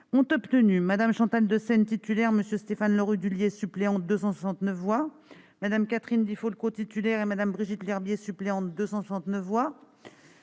Ont obtenu : Mme. Chantal Deseyne, titulaire, et M. Stéphane Le Rudulier, suppléant, 269 voix ; Mme Catherine Di Folco, titulaire, et Mme Brigitte Lherbier, suppléante, 269 voix